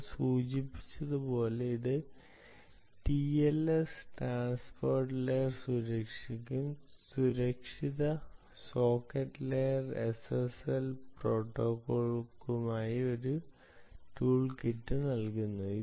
ഞാൻ സൂചിപ്പിച്ചതുപോലെ ഇത് ടിഎൽഎസ് ട്രാൻസ്പോർട്ട് ലെയർ സുരക്ഷയ്ക്കും സുരക്ഷിത സോക്കറ്റ്സ് ലെയർ എസ്എസ്എൽ പ്രോട്ടോക്കോളുകൾക്കുമായി ഒരു ടൂൾ കിറ്റ് നൽകുന്നു